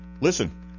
listen